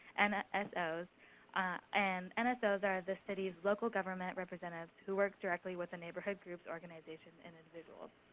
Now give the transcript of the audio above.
and ah ah nsos. and and nsos are the city's local government representatives who work directly with the neighborhood groups, organizations, and individuals.